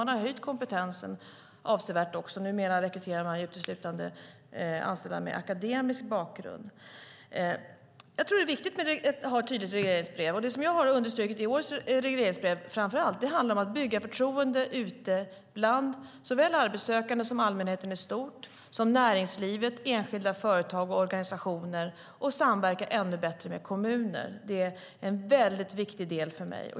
Man har också höjt kompetensen avsevärt; numera rekryterar man uteslutande anställda med akademisk bakgrund. Jag tror att det är viktigt att vi har ett tydligt regleringsbrev. Det som jag framför allt har understrukit i årets regleringsbrev handlar om att bygga förtroende ute bland såväl arbetssökande som allmänheten i stort och i näringslivet, enskilda företag och organisationer. Det handlar också om att samverka ännu bättre med kommuner. Det är en viktig del för mig.